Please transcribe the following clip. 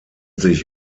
sich